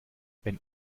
wenn